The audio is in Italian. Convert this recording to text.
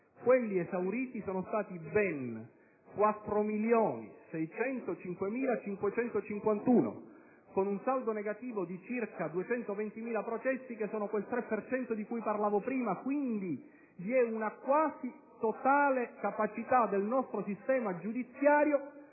quelli esauriti sono stati ben 4.605.551, con un saldo negativo di circa 220.000 processi (il 3 per cento di cui parlavo prima). Pertanto, vi è una quasi totale capacità del sistema giudiziario